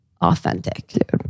Authentic